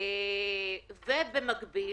במקביל